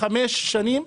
חמש שנים,